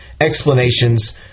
explanations